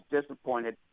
disappointed